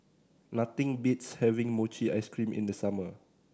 nothing beats having mochi ice cream in the summer